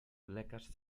lekarz